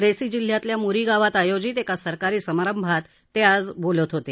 रेसी जिल्ह्यातल्या मूरी गावात आयोजित एका सरकारी समारंभात ते आज बोलत होते